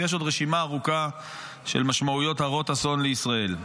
יש עוד רשימה ארוכה של משמעויות הרות אסון לישראל.